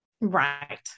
Right